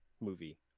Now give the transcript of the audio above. movie